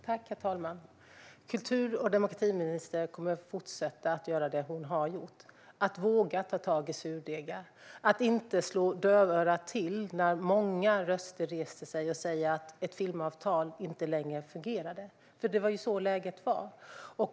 Herr talman! Kultur och demokratiministern kommer att fortsätta att göra det hon har gjort: våga ta tag i surdegar och inte slå dövörat till när många röster säger att ett filmavtal inte längre fungerar. Det var så läget var.